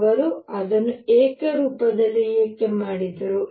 ಅವರು ಅದನ್ನು ಏಕರೂಪದಲ್ಲಿ ಏಕೆ ಮಾಡಿದರು